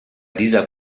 dieser